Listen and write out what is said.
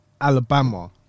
Alabama